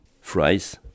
fries